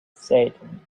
satan